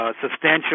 substantial